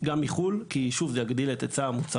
גם מחו"ל, כי, שוב, זה יגדיל את היצע המוצרים.